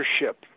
leadership